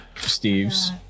Steve's